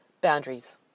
boundaries